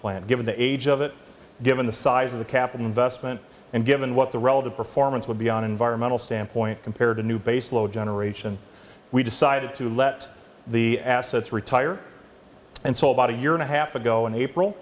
plant given the age of it given the size of the capital investment and given what the relative performance would be an environmental standpoint compared to new baseload generation we decided to let the assets retire and so bought a year and a half ago in april